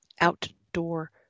Outdoor